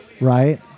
Right